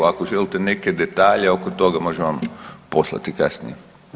Ako želite neke detalje oko toga možemo vam poslati kasnije.